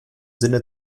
sinne